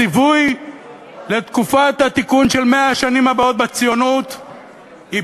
הציווי לתקופת התיקון של 100 השנים הבאות בציונות הוא